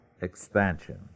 expansion